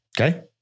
Okay